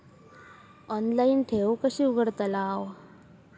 Online ठेव कशी उघडतलाव?